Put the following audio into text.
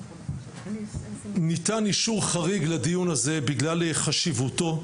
ניתן אישור חריג לדיון הזה בגלל חשיבותו,